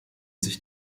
sich